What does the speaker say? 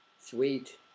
Sweet